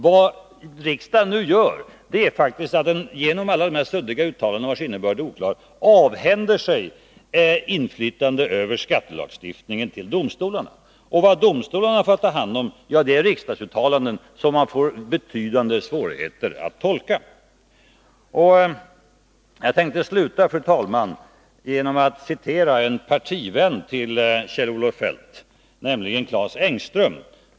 Vad riksdagen nu gör är faktiskt att den genom alla suddiga uttalanden, vars innebörd alltså är oklar, avhänder sig inflytandet över skattelagstiftningen och överlåter det till domstolarna. Vad domstolarna får ta hand om är således riksdagsuttalanden som ger upphov till betydande svårigheter vid tolkningen. Fru talman! Jag skall avslutningsvis citera en partivän till Kjell-Olof Feldt, nämligen Clas Engström.